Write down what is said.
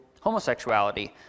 homosexuality